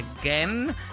again